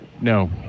No